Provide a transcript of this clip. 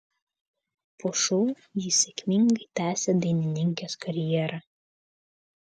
po šou ji sėkmingai tęsė dainininkės karjerą